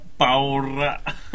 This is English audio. paura